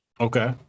Okay